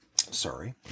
sorry